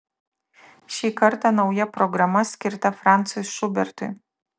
šį kartą nauja programa skirta francui šubertui